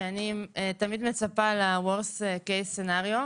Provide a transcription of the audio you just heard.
שאני תמיד מצפה ל-worst case scenario,